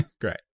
great